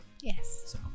Yes